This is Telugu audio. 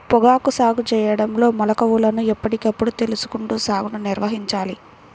పొగాకు సాగు చేయడంలో మెళుకువలను ఎప్పటికప్పుడు తెలుసుకుంటూ సాగుని నిర్వహించాలి